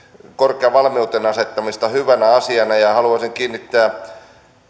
korkeaan valmiuteen asettamista hyvänä asiana haluaisin kiinnittää